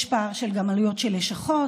יש פער גם בין עלויות של לשכות.